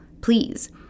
please